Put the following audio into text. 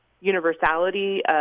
universality